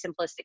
simplistic